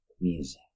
Music